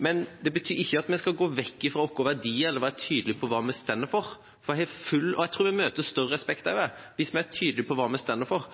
Men det betyr ikke at vi skal gå vekk fra våre verdier eller slutte å være tydelig på hva vi står for. Jeg tror vi møter større respekt hvis vi er tydelig på hva vi står for.